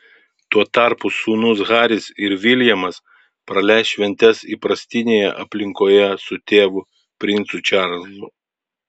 tuo tarpu sūnūs haris ir viljamas praleis šventes įprastinėje aplinkoje su tėvu princu čarlzu